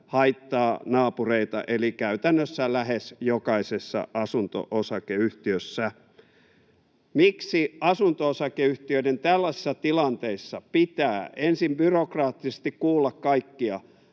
haittaa naapureita eli käytännössä lähes jokaisessa asunto-osakeyhtiössä. Miksi asunto-osakeyhtiöiden tällaisissa tilanteissa pitää ensin byrokraattisesti kuulla kaikkia,